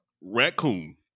raccoon